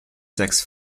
sechs